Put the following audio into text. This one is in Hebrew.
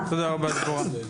תודה רבה דבורה.